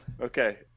Okay